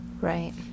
right